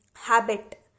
habit